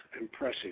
impressive